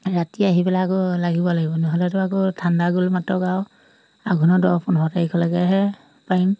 ৰাতি আহি পেলাই আকৌ লাগিব লাগিব নহ'লেতো আকৌ ঠাণ্ডা গ'ল মাত্ৰক আৰু আঘোণৰ দহ পোন্ধৰ তাৰিখলৈকেহে পাৰিম